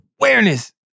awareness